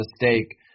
mistake